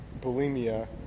bulimia